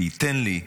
שייתן לי,